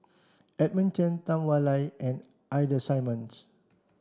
Edmund Cheng Tam Wai and Ida Simmons